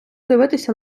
дивитися